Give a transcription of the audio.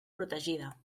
protegida